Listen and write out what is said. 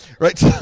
right